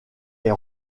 est